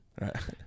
Right